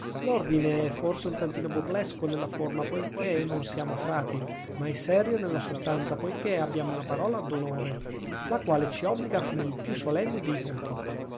l'ordine è forse un tantino burlesco nella forma poichè non siamo frati ma è serio nella sostanza poichè abbiamo una parola d'onore la quale ci obbliga come il più solenne dei voti